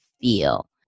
feel